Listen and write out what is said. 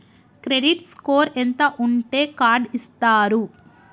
Credit score ఎంత ఉంటే card ఇస్తారు?